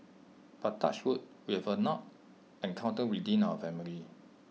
but touch wood we have not encountered within our family